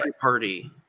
party